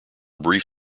brief